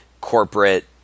corporate